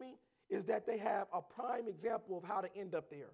me is that they have a prime example of how to end up there